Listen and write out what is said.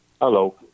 Hello